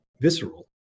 visceral